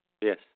Yes